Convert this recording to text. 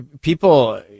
People